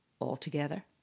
altogether